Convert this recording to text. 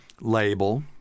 label